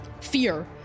fear